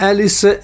Alice